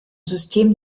system